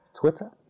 Twitter